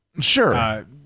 sure